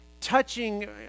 Touching